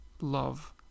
love